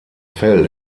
fell